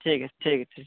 ठीक है ठीक है ठीक